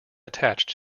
attached